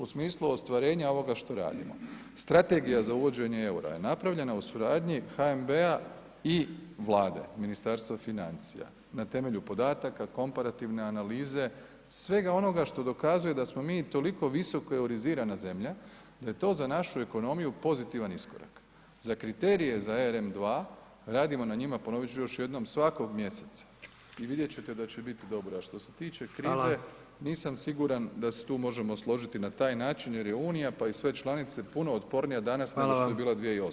U smislu ostvarenja ovoga što radimo strategija za uvođenje EUR-a je napravljena u suradnji HNB-a i Vlade, Ministarstva financija na temelju podataka, komparativne analize, svega onoga što dokazuje da smo mi toliko visoko euroizirana zemlja da je to za našu ekonomiju pozitivan iskorak, za kriterije za ERM 2 radimo na njima, ponovit ću još jednom svakog mjeseca i vidjet ćete da će biti dobri, a što se tiče krize [[Upadica: Hvala vam.]] nisam siguran da se tu možemo složiti na taj način jer je unija pa i sve članice puno otpornija danas nego što je bila 2008.